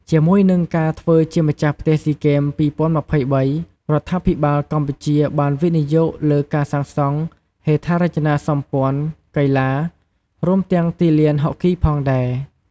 ជាមួយនឹងការធ្វើជាម្ចាស់ផ្ទះស៊ីហ្គេម ២០២៣ រដ្ឋាភិបាលកម្ពុជាបានវិនិយោគលើការសាងសង់ហេដ្ឋារចនាសម្ព័ន្ធកីឡា រួមទាំងទីលានហុកគីផងដែរ។